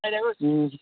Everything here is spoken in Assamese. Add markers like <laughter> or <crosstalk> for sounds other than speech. <unintelligible>